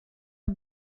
are